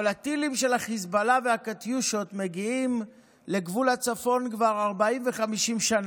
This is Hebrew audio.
אבל הטילים של חיזבאללה והקטיושות מגיעים לגבול הצפון כבר 40 ו-50 שנה,